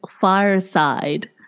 fireside